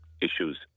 issues